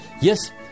Yes